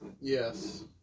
Yes